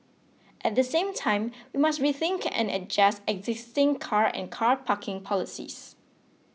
at the same time we must rethink and adjust existing car and car parking policies